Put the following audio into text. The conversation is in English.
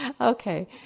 Okay